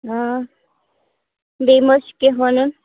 بیٚیہِ مہ حظ چھُ کینٛہہ وَنُن